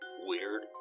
weird